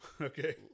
Okay